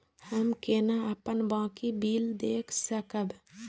हम केना अपन बाँकी बिल देख सकब?